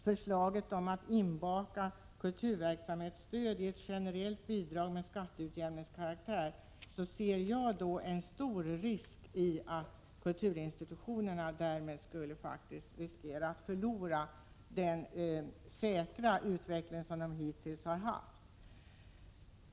Förslaget om att inbaka kulturverksamhetsstöd i ett generellt bidrag med skatteutjämningskaraktär skulle kunna medföra att institutionerna riskerade att förlora den säkra utveckling de hittills har haft.